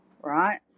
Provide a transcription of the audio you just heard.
right